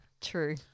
True